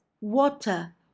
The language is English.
Water